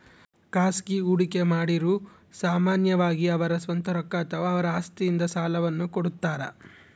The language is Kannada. ಖಾಸಗಿ ಹೂಡಿಕೆಮಾಡಿರು ಸಾಮಾನ್ಯವಾಗಿ ಅವರ ಸ್ವಂತ ರೊಕ್ಕ ಅಥವಾ ಅವರ ಆಸ್ತಿಯಿಂದ ಸಾಲವನ್ನು ಕೊಡುತ್ತಾರ